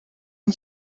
can